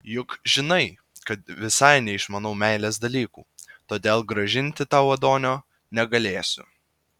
juk žinai kad visai neišmanau meilės dalykų todėl grąžinti tau adonio negalėsiu